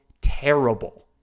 terrible